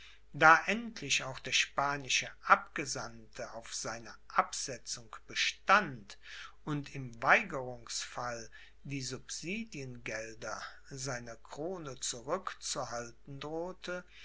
da endlich auch der spanische abgesandte auf seiner absetzung bestand und im weigerungsfall die subsidiengelder seiner krone zurückzuhalten drohte